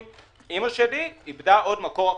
אימא שלי איבדה עוד מקור הכנסה,